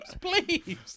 please